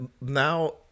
now